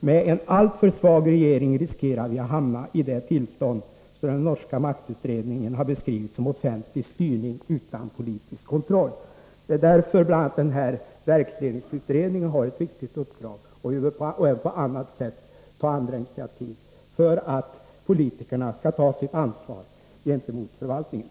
Med en alltför svag regering riskerar vi att hamna i det tillstånd som den norska maktutredningen har beskrivit som offentlig styrning utan politisk kontroll.” Det är bl.a. därför som verksledningsutredningen har ett viktigt uppdrag, och även på annat sätt tas initiativ för att politikerna skall kunna leva upp till sitt ansvar gentemot förvaltningen.